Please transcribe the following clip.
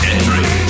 Entry